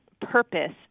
purpose